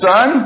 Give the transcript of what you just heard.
Son